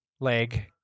leg